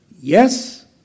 Yes